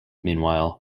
meanwhile